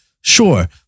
Sure